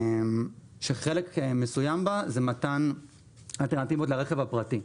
שחלק מסוים בה זה מתן אלטרנטיבות לרכב הפרטי.